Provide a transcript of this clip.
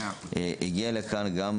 הגיע לכאן גם